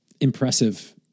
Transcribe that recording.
impressive